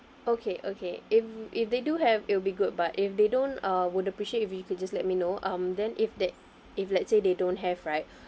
okay okay if if they do have it'll be good but if they don't uh would appreciate if you can just let me know um then if that if let's say they don't have right